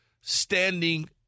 standing